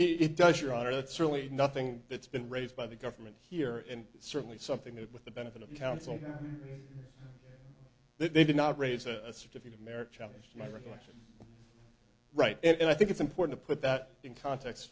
it does your honor that's really nothing that's been raised by the government here and it's certainly something that with the benefit of counsel they did not raise a certificate of merit challenge to my recollection right and i think it's important to put that in context